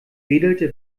wedelte